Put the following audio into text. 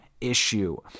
issue